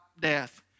death